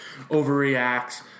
overreacts